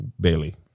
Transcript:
Bailey